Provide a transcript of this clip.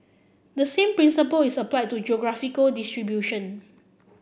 the same principle is applied to geographical distribution